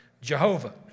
Jehovah